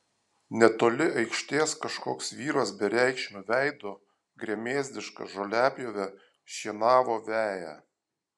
netoli aikštės kažkoks vyras bereikšmiu veidu gremėzdiška žoliapjove šienavo veją